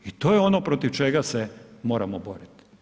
I to je ono protiv čega se moramo boriti.